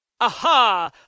Aha